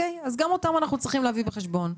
וגם אותם אנחנו צריכים להביא בחשבון.